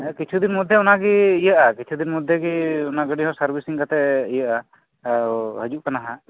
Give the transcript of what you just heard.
ᱫᱤᱱ ᱢᱚᱫᱽᱫᱷᱮ ᱛᱮ ᱚᱱᱟ ᱜᱮ ᱤᱭᱟᱹᱜᱼᱟ ᱠᱤᱪᱷᱩ ᱫᱤᱱ ᱢᱚᱫᱽᱫᱷᱮᱛᱮ ᱚᱱᱟ ᱜᱟᱹᱰᱤ ᱜᱮ ᱥᱟᱨᱵᱷᱤᱥᱤᱝ ᱠᱟᱛᱮ ᱤᱭᱟᱹᱜᱼᱟ ᱮ ᱦᱟᱹᱡᱩᱜ ᱠᱟᱱᱟ ᱦᱟᱸᱜ